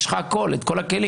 יש לך הכול, את כל הכלים.